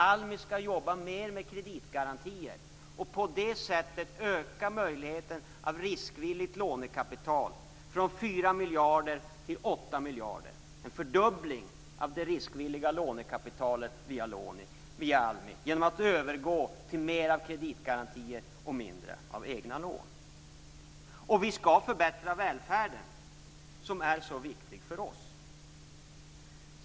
ALMI skall jobba mer med kreditgarantier och på det sättet öka riskvilligt kapital från 4 miljarder till 8 miljarder - en fördubbling av det riskvilliga lånekapitalet via lån i ALMI - genom att övergå till mer kreditgarantier och mindre av egna lån. Vi skall förbättra välfärden, som är så viktig för oss.